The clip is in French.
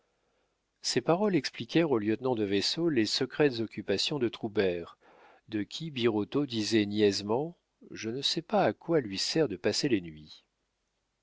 ces paroles expliquèrent au lieutenant de vaisseau les secrètes occupations de troubert de qui birotteau disait niaisement je ne sais pas à quoi lui sert de passer les nuits